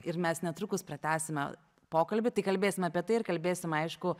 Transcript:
ir mes netrukus pratęsime pokalbį tai kalbėsim apie tai ir kalbėsim aišku